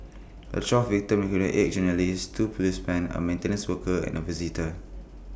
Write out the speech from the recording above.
the twelve victims eight journalists two policemen A maintenance worker and A visitor